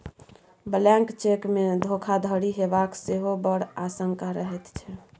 blank चेकमे धोखाधड़ी हेबाक सेहो बड़ आशंका रहैत छै